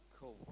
Cool